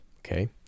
Okay